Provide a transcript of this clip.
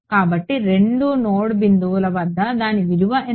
కాబట్టి రెండు నోడ్ బిందువుల వద్ద దాని విలువ ఎంత